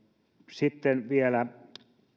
sitten vielä